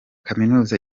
kaminuza